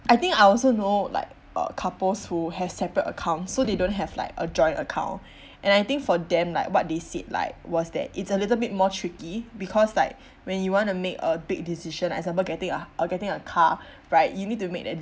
I think I also know like uh couples who have separate accounts so they don't have like a joint account and I think for them like what they said like was that it's a little bit more tricky because like when you wanna make a big decision example getting a h~ uh getting a car right you need to make that